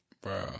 Bro